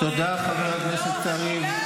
תודה, חבר הכנסת קריב.